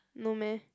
no meh